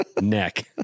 Neck